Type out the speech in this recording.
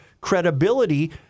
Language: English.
credibility